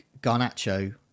Garnacho